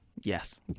Yes